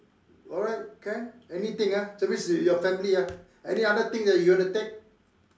alright can anything ah that means your family ah any other thing that you want to take